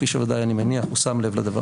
כפי שוודאי אני מניח הוא שם לב לדבר